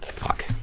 fuck,